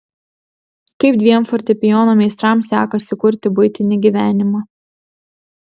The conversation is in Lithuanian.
kaip dviem fortepijono meistrams sekasi kurti buitinį gyvenimą